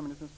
ändras?